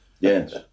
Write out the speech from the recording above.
Yes